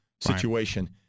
situation